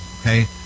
okay